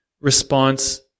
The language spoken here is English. response